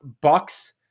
bucks